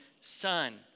son